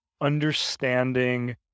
understanding